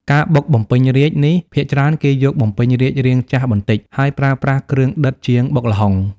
ការបុកបំពេញរាជ្យនេះ ភាគច្រើនគេយកបំពេញរាជ្យរាងចាស់បន្តិច ហើយប្រើប្រាស់គ្រឿងដិតជាងបុកល្ហុង។